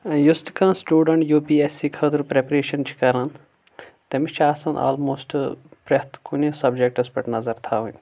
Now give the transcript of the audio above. یُس تہِ کانہہٕ student U P S C خٲطرٕ پرپریشن چھ کران تٔمس چھِ آسان آلموسٹ پرٮ۪تھ کُنہِ سبجٮ۪کٹس پیٹھ نظر تھاونۍ